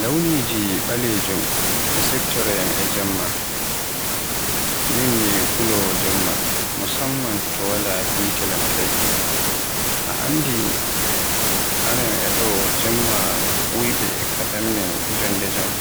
Launiji ɓalejum e siftoroyam e Jemma. Min mi kolowo Jemma, musamman to wala hite lamtarki, a anndi amen do e Jemma wuyɓe e kaɗan min jonde jaam.